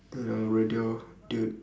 you know radio dude